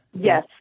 Yes